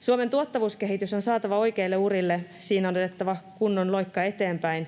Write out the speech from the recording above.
Suomen tuottavuuskehitys on saatava oikeille urille, siinä on otettava kunnon loikka eteenpäin.